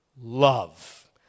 love